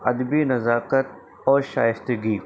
ادبی نزاکت اور شائستگی